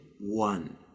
one